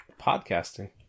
podcasting